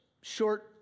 short